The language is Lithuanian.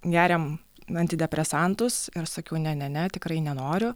geriam antidepresantus ir aš sakiau ne ne ne tikrai nenoriu